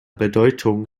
bedeutung